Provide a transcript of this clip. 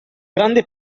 grande